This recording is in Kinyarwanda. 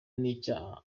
n’icyaha